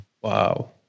Wow